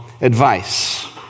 advice